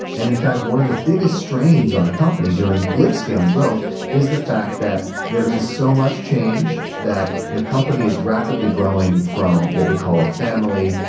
and in fact, one of the biggest strains on a company during blitzscaling growth is the fact that there is so much change that the company is rapidly growing from what we call a family,